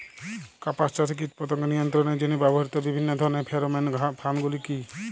কাপাস চাষে কীটপতঙ্গ নিয়ন্ত্রণের জন্য ব্যবহৃত বিভিন্ন ধরণের ফেরোমোন ফাঁদ গুলি কী?